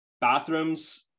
Bathrooms